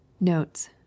Notes